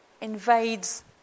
invades